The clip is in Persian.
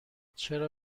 چرا